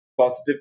positive